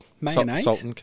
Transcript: Mayonnaise